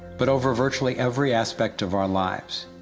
but over virtually every aspect of our lives.